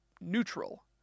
neutral